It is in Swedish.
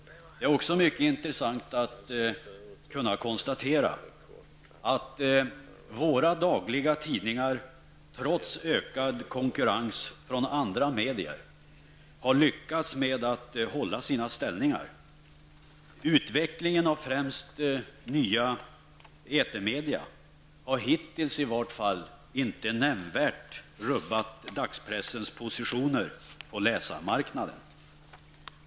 Det är också mycket intressant att kunna konstatera att våra dagliga tidningar trots ökad konkurrens från andra medier har lyckats med att hålla sina ställningar. Uvecklingen av främst nya etermedia har hittills inte nämnvärt rubbat dagspressens positioner på läsarmarknaden.